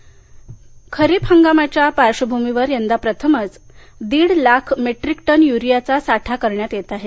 खत साठा खरीप हंगामाच्या पार्श्वभूमीवर यंदा प्रथमच दीड लाख मेट्रीक टन यूरियाचा साठा करण्यात येत आहे